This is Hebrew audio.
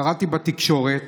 קראתי בתקשורת